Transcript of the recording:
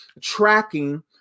tracking